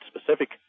specific